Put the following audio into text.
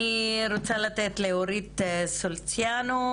אני רוצה לתת לאורית סוליציאנו,